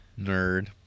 Nerd